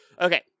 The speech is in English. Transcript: Okay